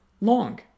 long